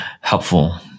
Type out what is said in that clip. helpful